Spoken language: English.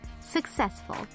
successful